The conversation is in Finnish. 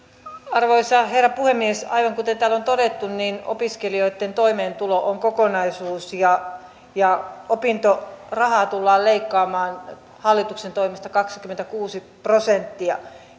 arvoisa herra puhemies aivan kuten täällä on todettu opiskelijoitten toimeentulo on kokonaisuus ja ja opintorahaa tullaan leikkaamaan hallituksen toimesta kaksikymmentäkuusi prosenttia